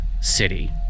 city